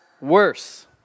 worse